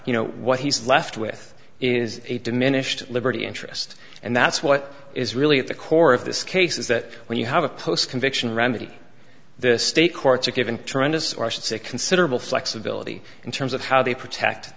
you know what he's left with is a diminished liberty interest and that's what is really at the core of this case is that when you have a post conviction remedy this state courts are given tremendous or i should say considerable flexibility in terms of how they protect